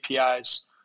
APIs